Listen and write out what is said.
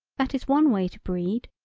that is one way to breed,